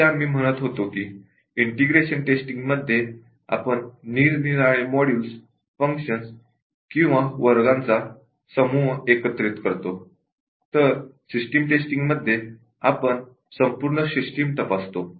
जसे आम्ही म्हणत होतो की इंटिग्रेशन टेस्टिंग मध्ये आपण निरनिराळे मॉड्यूल फंक्शन्स किंवा क्लासेस चा समूह एकत्रित करतो तर सिस्टम टेस्टिंगमध्ये आपण संपूर्ण सिस्टम तपासतो